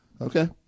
Okay